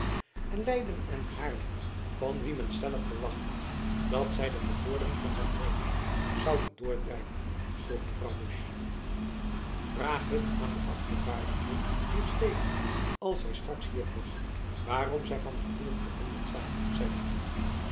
leyden en haarlem van wie men stellig verwacht had dat zy de bevordering van zijn hoogheid zouden doordrijven vroeg mevrouw musch vraag het aan de afgevaardigden dier steden als zy straks hier komen waarom zy van gevoelen veranderd zijn zeide kievit